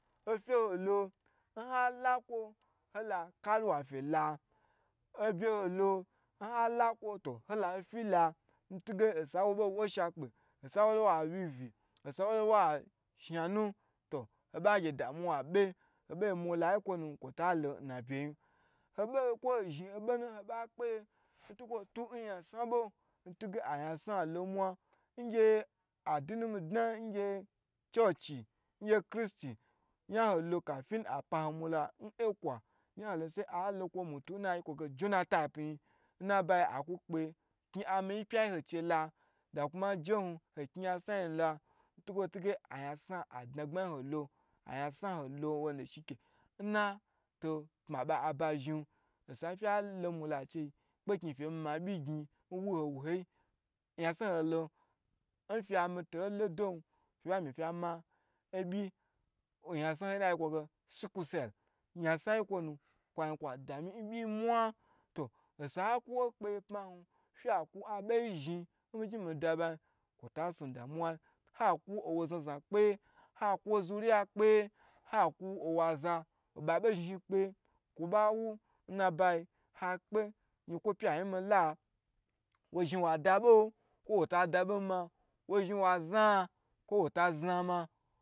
Obe ho lo nha lakwuhola kaluwa be la hobe ho lo nha lakwo hola ofi la ntuge nwo bei wo shakpe nsa walo wa shna na ho ba gye damuwa kwoi be hogye mula yi kwo nu kwo ta lo n na abye yi, obey zhin obonu ho ba kpeye ntukwo tu nyasna bo ntuge a nyasna lo nmwa, ngye adini midna ngye churchi ngye chrizti nya ho lo necwa kafin apahomula sai ala lokwo mutun nayi kwo ge genitap yin, n nabayi akukpe kni amiyinu hoi che lo kwo ku ma akni ayansna yinulo ntuge ayasna dnagbma yiholo wanda shiku nna to pma bo aba zhin kpesnu feyi ma abyi yi zhi nwu ho wuhoyi, nfya mito lodon feba mi fya ma obyi nyan sna yi nnayi kwo ge sikusel nyasna yi kwonu kwo zhin kwa dami n byi yi n mwa, osa hakuwo kpeye haku wo zuriya kpeye kwo ba wu nnabayi yinka o pya yin nmila wozhin wada boh kwo wo ta zhin wa da bon ma wozhin wazhna kwo wota zhna ma.